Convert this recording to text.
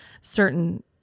certain